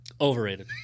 Overrated